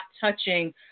touching